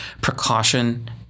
precaution